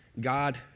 God